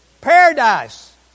Paradise